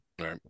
right